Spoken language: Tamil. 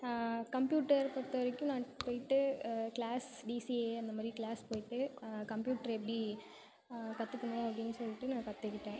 கம்ப்யூட்டரை பொறுத்தவரைக்கும் நான் போயிட்டு கிளாஸ் டிசிஏ அந்தமாதிரி கிளாஸ் போயிட்டு கம்ப்யூட்டரை எப்படி கற்றுக்கணும் அப்படின்னு சொல்லிட்டு நான் கற்றுக்கிட்டேன்